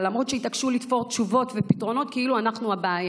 למרות שהתעקשו לתפור תשובות ופתרונות כאילו אנחנו הבעיה.